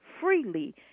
freely